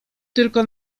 tylko